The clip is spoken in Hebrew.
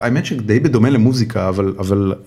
האמת שדי בדומה למוזיקה אבל אבל